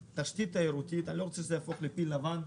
תשתית תיירותית אני לא רוצה שזה יהפוך לפיל לבן,